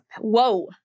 whoa